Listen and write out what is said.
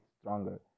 stronger